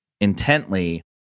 intently